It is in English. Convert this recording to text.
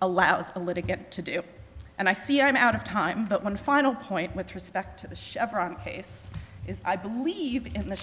allows a little get to do and i see i'm out of time but one final point with respect to the chevron case is i believe in the